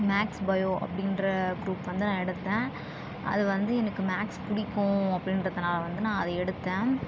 maths bio அப்படின்ற group வந்து நான் எடுத்தேன் அது வந்து எனக்கு மேக்ஸ் பிடிக்கும் அப்படின்றதுனால வந்து நான் அதை எடுத்தேன்